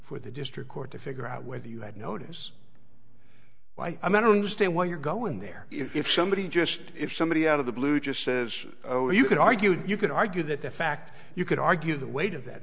for the district court to figure out whether you had notice why i'm going to understand why you're going there if somebody just if somebody out of the blue just says oh you could argue you could argue that the fact you could argue the weight of that